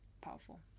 powerful